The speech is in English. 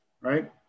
right